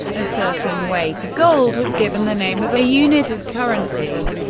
a certain weight of gold was given the name of a unit of currency.